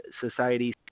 Society